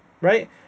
right